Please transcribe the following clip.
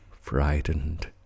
frightened